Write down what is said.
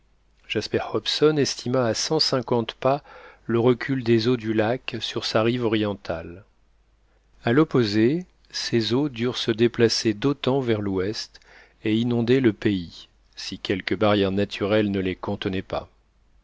jasper hobson estima à cent cinquante pas le recul des eaux du lac sur sa rive orientale à l'opposé ces eaux durent se déplacer d'autant vers l'ouest et inonder le pays si quelque barrière naturelle ne les contenait pas